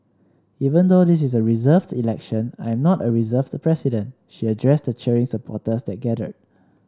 even though this is a reserved election I am not a reserved president she addressed the cheering supporters that gathered